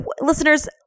Listeners